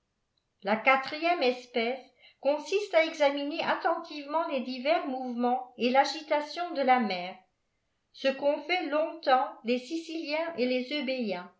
la quatrième espèce consiste àj examiner attentivement les divers mouvements et agitation de la mer rce qu'ont fait long temps les siciliens et les